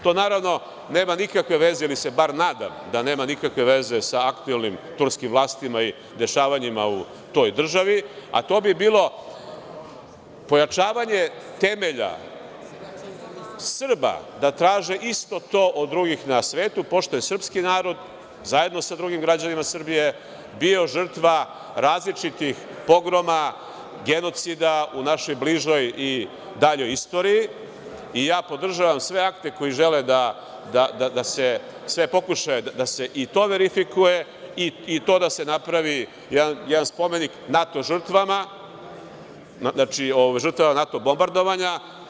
To naravno nema nikakve veze ili se bar nadam da nema nikakve veze sa aktuelnim turskim vlastima i dešavanjima u toj državi, a to bi bilo pojačavanje temelja Srba da traže isto to od drugih na svetu, pošto je srpski narod zajedno sa drugim građanima Srbije bio žrtva različitih pogroma, genocida u našoj bližoj i daljoj istoriji i podržavam sve akte koji žele, sve pokušaje da se i to verifikuje i da se napravi jedan spomenik NATO žrtvama, žrtvama NATO bombardovanja.